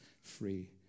free